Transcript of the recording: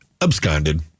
Absconded